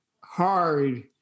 hard